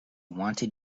wanted